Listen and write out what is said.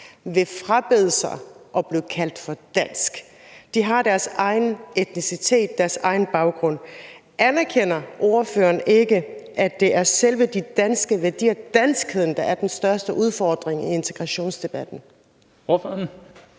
sig frabedt at blive kaldt dansk. De har deres egen etnicitet og deres egen baggrund. Anerkender ordføreren ikke, at det er selve de danske værdier og danskheden, der er den største udfordring i integrationsdebatten?